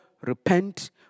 repent